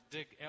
Dick